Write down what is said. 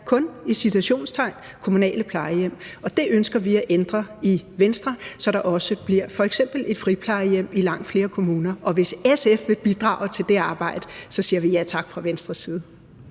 – i citationstegn – kun kommunale plejehjem, og det ønsker vi at ændre i Venstre, så der også bliver f.eks. et friplejehjem i langt flere kommuner. Og hvis SF vil bidrage til det arbejde, siger vi ja tak fra Venstres side.